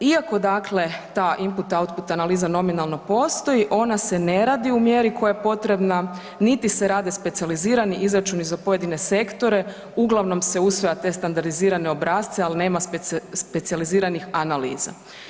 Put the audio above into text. Iako dakle ta input, output analiza nominalno postoji ona se ne radi u mjeri koja je potrebna niti se rade specijalizirani izračuni za pojedine sektore, uglavnom se usvaja te standardizirane obrasce ali nema specijaliziranih analiza.